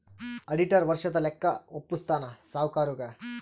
auditor ವರ್ಷದ ಲೆಕ್ಕ ವಪ್ಪುಸ್ತಾನ ಸಾವ್ಕರುಗಾ